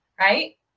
right